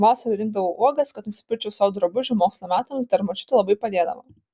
vasara rinkdavau uogas kad nusipirkčiau sau drabužių mokslo metams dar močiutė labai padėdavo